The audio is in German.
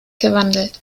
gewandelt